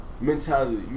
mentality